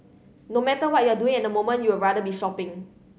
no matter what you're doing at the moment you're rather be shopping